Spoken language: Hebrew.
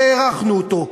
והארכנו אותו.